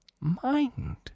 mind